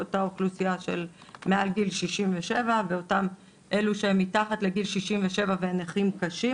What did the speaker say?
אותה אוכלוסייה של מעל גיל 67 ואותם אלו שהם מתחת לגיל 67 ונכים קשים.